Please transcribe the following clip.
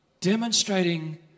demonstrating